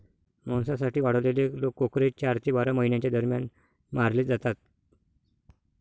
मांसासाठी वाढवलेले कोकरे चार ते बारा महिन्यांच्या दरम्यान मारले जातात